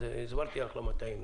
אז הסברתי לך למה תהינו.